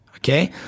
Okay